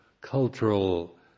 cultural